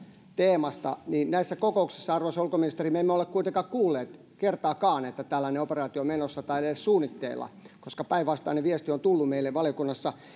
teemasta niin näissä kokouksissa arvoisa ulkoministeri me emme ole kuitenkaan kuulleet kertaakaan että tällainen operaatio on menossa tai edes suunnitteilla koska päinvastainen viesti on tullut meille valiokunnassa